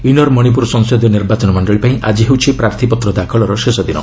inner ମଶିପ୍ରର ସଂସଦୀୟ ନିର୍ବାଚନମଣ୍ଡଳୀ ପାଇଁ ଆଜି ହେଉଛି ପ୍ରାର୍ଥୀପତ୍ର ଦାଖଲର ଶେଷ ଦିନ